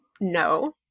No